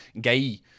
gay